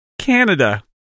Canada